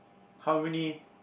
how many